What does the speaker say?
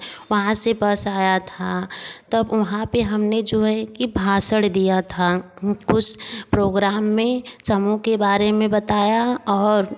वहाँ से बस आया था तब वहाँ पर हमने जो है की भाषण दिया था उस प्रोग्राम में समूह के बारे में बताया और